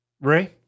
Ray